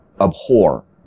abhor